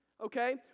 Okay